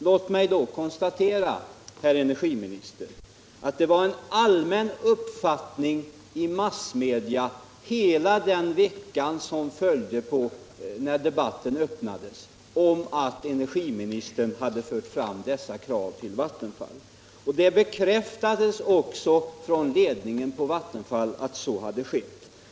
Låt mig då konstatera, herr energiminister, att det var en allmän uppfattning i massmedia hela den vecka då debatten fördes att energiministern hade fört fram dessa nya krav till Vattenfall. Ledningen för Vattenfall bekräftade också att så hade skett.